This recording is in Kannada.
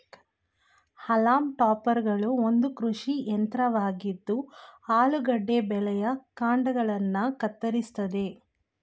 ಹಾಲಮ್ ಟಾಪರ್ಗಳು ಒಂದು ಕೃಷಿ ಯಂತ್ರವಾಗಿದ್ದು ಆಲೂಗೆಡ್ಡೆ ಬೆಳೆಯ ಕಾಂಡಗಳನ್ನ ಕತ್ತರಿಸ್ತದೆ